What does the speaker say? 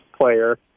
player